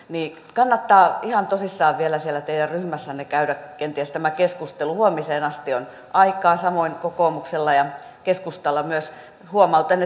kannattaa ihan tosissaan vielä siellä teidän ryhmässänne käydä kenties tämä keskustelu huomiseen asti on aikaa samoin kokoomuksella ja keskustalla myös huomautan